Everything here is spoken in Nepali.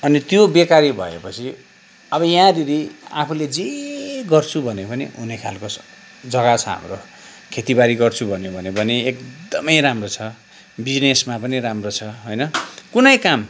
अनि त्यो बेकारी भएपछि अब यहाँनिर आफूले जे गर्छु भने पनि हुने खालको जग्गा छ हाम्रो खेतीबारी गर्छु भन्यो भने पनि एकदमै राम्रो छ बिजनेसमा पनि राम्रो छ होइन कुनै काम